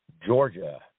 Georgia